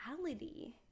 reality